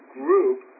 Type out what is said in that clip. group